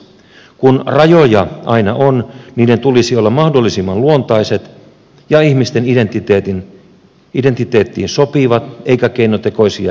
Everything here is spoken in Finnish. kun rajoja aina on niiden tulisi olla mahdollisimman luontaisia ja ihmisten identiteettiin sopivia eikä keinotekoisia ja väkinäisiä